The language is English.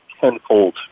tenfold